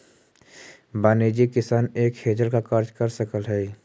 वाणिज्यिक किसान एक हेजर का कार्य कर सकअ हई